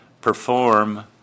perform